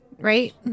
Right